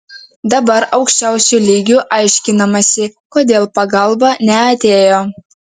dabar aukščiausiu lygiu aiškinamasi kodėl pagalba neatėjo